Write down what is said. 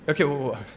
okay